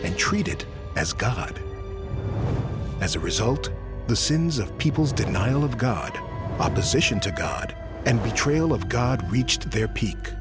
and treat it as god as a result the sins of peoples denial of god opposition to god and betrayal of god reached their peak